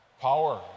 Power